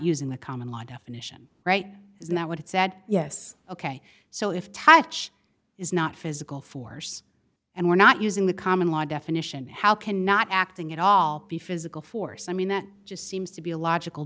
using the common law definition right isn't that what it said yes ok so if touch is not physical force and we're not using the common law definition how can not acting at all be physical force i mean that just seems to be a logical